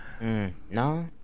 no